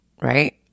Right